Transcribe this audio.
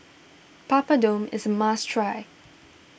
Papadum is a must try